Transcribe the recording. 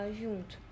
junto